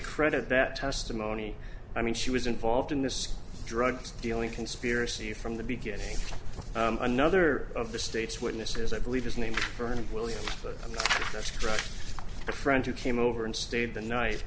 credit that testimony i mean she was involved in this drug dealing conspiracy from the beginning another of the state's witnesses i believe his name bernie williams that's right a friend who came over and stayed the night